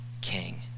king